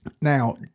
Now